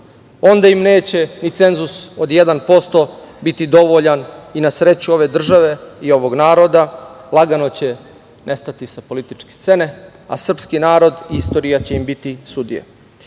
Onda im neće ni cenzus od 1% biti dovoljan i na sreću ove države i ovog naroda, lagano će nestati sa političke scene, a srpski narod i istorija će im biti sudija. Vama,